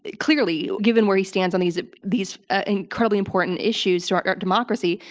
ah clearly, given where he stands on these ah these incredibly important issues to our democracy.